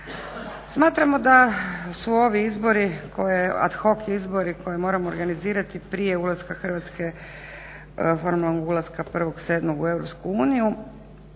Smatramo da su ovi izbori koje je, ad hoc izbori koje moramo organizirati prije ulaska Hrvatske, formalnog ulaska 1. 7. u EU